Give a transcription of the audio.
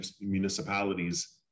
municipalities